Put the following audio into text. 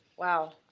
wow.